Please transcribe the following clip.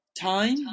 time